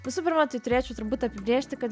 visų pirma tai turėčiau turbūt apibrėžti kad